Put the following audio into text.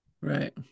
Right